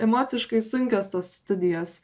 emociškai sunkios tos studijos